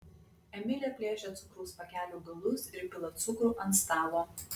emilė plėšia cukraus pakelių galus ir pila cukrų ant stalo